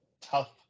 tough